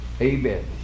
Amen